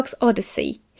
Odyssey –